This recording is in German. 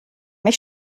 mich